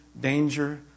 danger